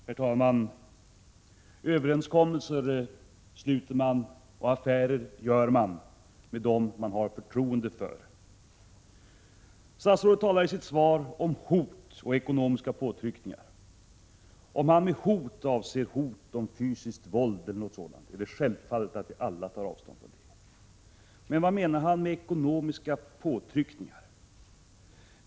Herr talman! Överenskommelser sluter man och affärer gör man med dem man har förtroende för. Statsrådet talar i sitt svar om hot och ekonomiska påtryckningar. Om han med hot avser hot om fysiskt våld eller något sådant, är det självklart att vi alla tar avstånd från det. Men vad menar han med 63 ekonomiska påtryckningar?